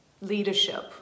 leadership